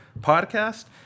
podcast